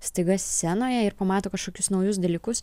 staiga scenoje ir pamato kažkokius naujus dalykus